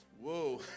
Whoa